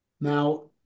Now